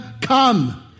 come